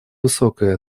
высокой